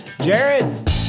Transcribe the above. Jared